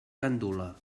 gandula